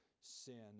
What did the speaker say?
sin